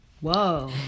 Whoa